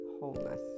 wholeness